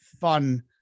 fun